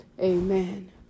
Amen